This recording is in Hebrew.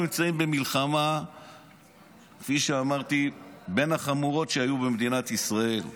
אנחנו נמצאים במלחמה בין החמורות שהיו במדינת ישראל.